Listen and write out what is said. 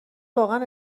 واقعا